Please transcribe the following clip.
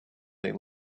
they